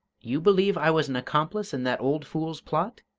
you believe i was an accomplice in that old fool's plot?